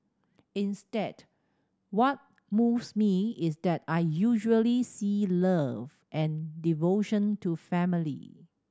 instead what moves me is that I usually see love and devotion to family